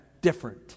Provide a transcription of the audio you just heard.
different